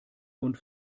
und